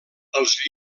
els